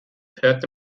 hört